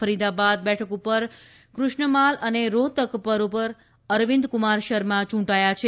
ફરીદાબાદ બેઠક પર ક્રષ્ણમાલ અને રોહતક પર અરવિંદકુમાર શર્મા ચૂંટાયા છે